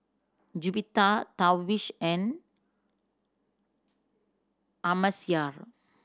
Juwita Darwish and Amsyar